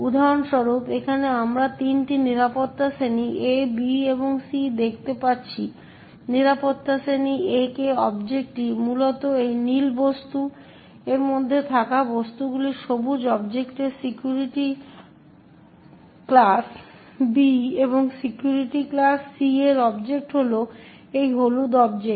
উদাহরণস্বরূপ এখানে আমরা তিনটি নিরাপত্তা শ্রেণী A B এবং C দেখতে পাচ্ছি নিরাপত্তা শ্রেণী A এর অবজেক্টটি মূলত এই নীল বস্তু এর মধ্যে থাকা বস্তুগুলি সবুজ অবজেক্টের সিকিউরিটি ক্লাস B এবং সিকিউরিটি ক্লাস সি এর অবজেক্ট হল এই হলুদ অবজেক্ট